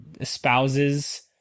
espouses